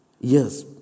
Yes